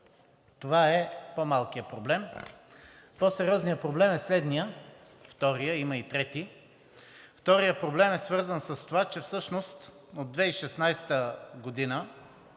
Това е по-малкият проблем. По-сериозният проблем – вторият, има и трети, вторият проблем е свързан с това, че всъщност от 2016 г.